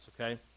okay